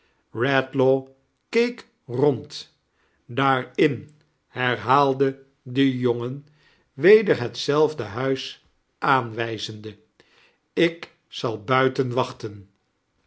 eedlaw keek rond l aariu iierhaalde de jongen weder hetzelfde huis aanwijzende ik zal buiten wachten